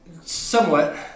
Somewhat